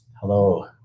Hello